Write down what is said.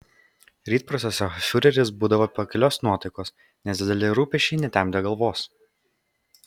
rytprūsiuose fiureris būdavo pakilios nuotaikos nes dideli rūpesčiai netemdė galvos